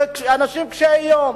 באנשים קשי יום,